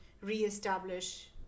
re-establish